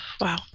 Wow